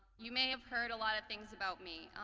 you may have heard a lot of things about me.